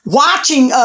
watching